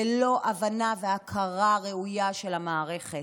ללא הבנה והכרה ראויה של המערכת?